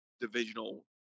divisional